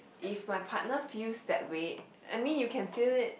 if my partner feels that way I mean you can feel it